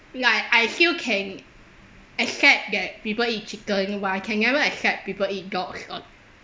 like I still can accept that people eat chicken while I can never accept people eat dog or